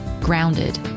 grounded